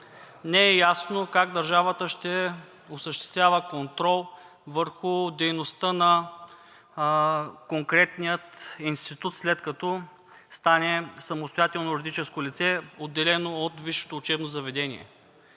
не е ясно как държавата ще осъществява контрол върху дейността на конкретния институт, след като стане самостоятелно юридическо лице, отделено от висшето учебно заведение.